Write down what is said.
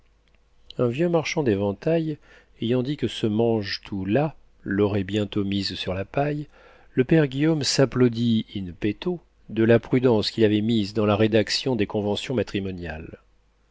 un vieux marchand d'éventails ayant dit que ce mange tout là l'aurait bientôt mise sur la paille le père guillaume s'applaudit in petto de la prudence qu'il avait mise dans la rédaction des conventions matrimoniales